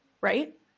right